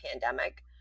pandemic